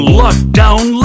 lockdown